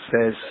says